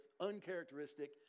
uncharacteristic